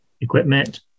equipment